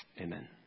Amen